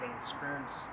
experience